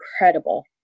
incredible